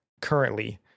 currently